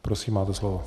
Prosím, máte slovo.